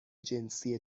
جنسی